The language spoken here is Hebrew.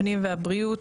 הפנים והבריאות,